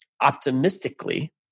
optimistically